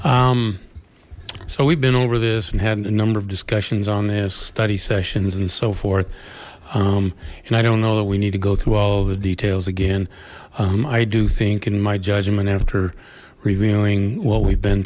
mary so we've been over this and had a number of discussions on this study sessions and so forth and i don't know that we need to go through all the details again i do think in my judgment after reviewing what we've been